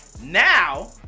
Now